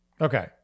Okay